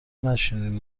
نشینین